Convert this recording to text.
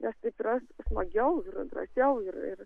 nes taip yra smagiau ir drąsiau ir ir